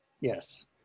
Yes